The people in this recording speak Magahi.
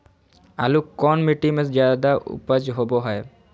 आलू कौन मिट्टी में जादा ऊपज होबो हाय?